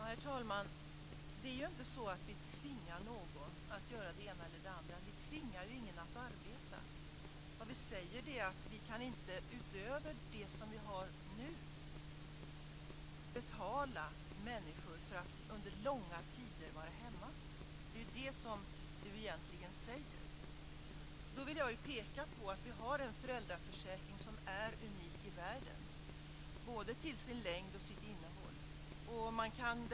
Herr talman! Vi tvingar inte någon att göra det ena eller det andra. Vi tvingar ingen att arbeta. Vad vi säger är att vi inte utöver det som gäller nu kan betala människor för att under långa tider vara hemma. Det är ju egentligen det som Margareta Andersson menar. Jag vill peka på att vi har en föräldraförsäkring som är unik i världen, både vad gäller dess längd och dess innehåll.